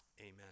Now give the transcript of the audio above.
Amen